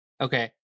Okay